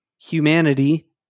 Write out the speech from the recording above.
humanity